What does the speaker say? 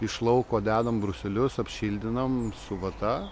iš lauko dedam bruselius apšildinam su vata